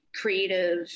creative